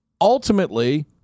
ultimately